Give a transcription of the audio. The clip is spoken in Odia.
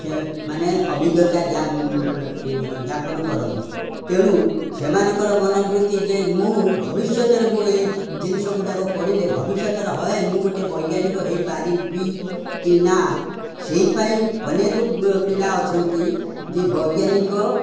ସେ ମାନେ ଅଭିଜ୍ଞତା ଜ୍ଞାପନ କରନ୍ତି ତେଣୁ ସେମାନଙ୍କର ମନବୃତ୍ତି ଯେ ମୁଁ ଭବିଷ୍ୟତରେ ମୁଁ ଏ ଜିନିଷ ଗୁଡ଼ାକ ପଢ଼ିଲେ ଭବିଷ୍ୟତରେ ହଏ ମୁଁ ଗୋଟେ ବୈଜ୍ଞାନିକ ହେଇପାରିବି କି ନା ସେଇ ପାଇଁ ଅନେକ ପିଲା ଅଛନ୍ତି ଯେ ବୈଜ୍ଞାନିକ